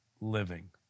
living